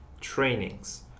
trainings